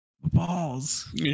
balls